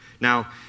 Now